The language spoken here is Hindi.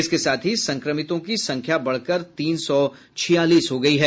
इसके साथ ही संक्रमितों की संख्या बढ़कर तीन सौ छियालीस हो गयी है